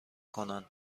کنند